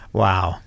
wow